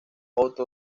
otto